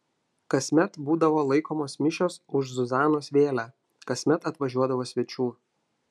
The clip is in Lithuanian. kasmet būdavo laikomos mišios už zuzanos vėlę kasmet atvažiuodavo svečių